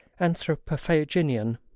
anthropophaginian